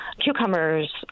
cucumbers